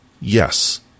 Yes